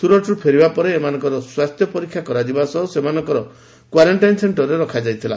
ସୁରଟରୁ ଫେରିବା ପରେ ଏମାନଙ୍ଙ ସ୍ୱାସ୍ଥ୍ୟ ପରୀକ୍ଷା କରାଯିବା ସହ ସେମାନଙ୍କର କ୍ୱାରେକ୍କାଇନ ସେକ୍କରରେ ରଖାଯାଇଥିଲା